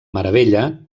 meravella